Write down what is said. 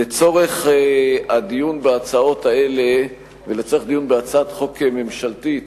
לצורך הדיון בהצעות האלה ולצורך דיון בהצעת חוק ממשלתית